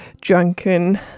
drunken